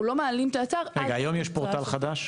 אנחנו לא מעלים את האתר עד ש --- היום יש פורטל חדש?